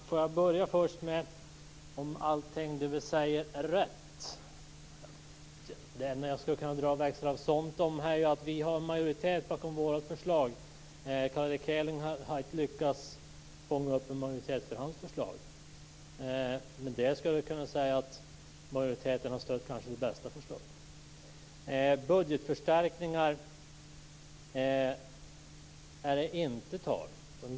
Herr talman! Får jag börja med detta med att allting vi säger är rätt. Jag skulle kunna dra växlar på att vi har majoritet bakom vårt förslag. Carl Erik Hedlund har inte lyckats fånga upp någon majoritet för sitt förslag. Med det skulle man kunna säga att majoriteten nog har stött det bästa förslaget. Budgetförstärkningar är det inte tal om.